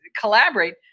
collaborate